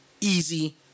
easy